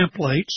templates